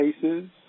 cases